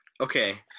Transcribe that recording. okay